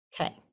Okay